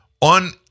on